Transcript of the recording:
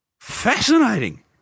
fascinating